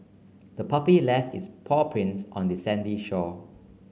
the puppy left its paw prints on the sandy shore